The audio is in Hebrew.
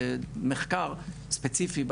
מחקר ספציפי,